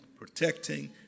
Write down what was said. protecting